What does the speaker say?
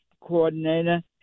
coordinator